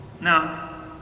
Now